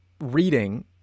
reading